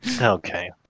Okay